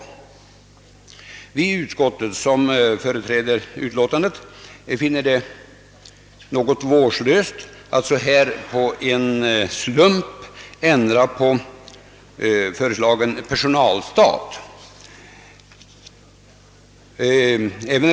Vi som företräder utskottet finner det något vårdslöst att så här på en slump ändra på den föreslagna personalstaten.